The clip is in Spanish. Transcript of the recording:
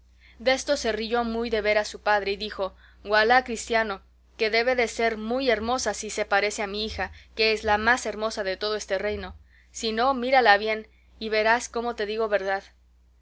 desto se riyó muy de veras su padre y dijo gualá cristiano que debe de ser muy hermosa si se parece a mi hija que es la más hermosa de todo este reino si no mírala bien y verás cómo te digo verdad